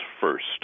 first